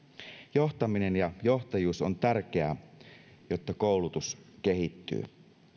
johtaminen ja johtajuus on tärkeää jotta koulutus kehittyy